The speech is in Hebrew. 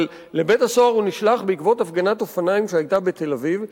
אבל לבית-הסוהר הוא נשלח בעקבות הפגנת אופניים שהיתה בתל-אביב,